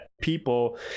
people